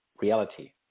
reality